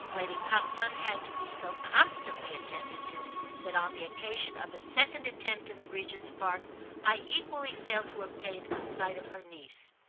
lady coxon had to be so constantly attended to that on the occasion of a second attempt in the regent's park i equally failed to obtain a sight of her niece.